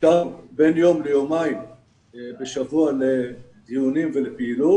נפגשים בין יום ליומיים בשבוע לדיונים ולפעילות